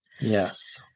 Yes